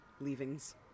leavings